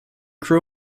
crew